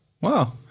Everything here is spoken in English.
wow